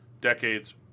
decades